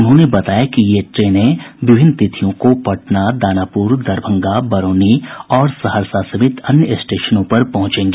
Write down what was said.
उन्होंने बताया कि ये ट्रेनें विभिन्न तिथियों को पटना दानापुर दरभंगा बरौनी और सहरसा समेत अन्य स्टेशनों पर पहुंचेगी